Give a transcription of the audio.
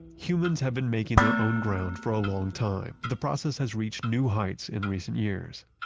humans have been making their own ground for a long time but the process has reached new heights in recent years.